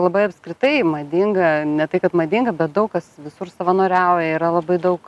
labai apskritai madinga ne tai kad madinga bet daug kas visur savanoriauja yra labai daug